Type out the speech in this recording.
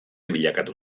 bilakatu